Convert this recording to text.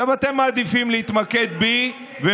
עכשיו, אתם מעדיפים להתמקד בי, זה מה שאתה חושב.